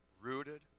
rooted